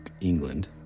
England